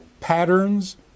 Patterns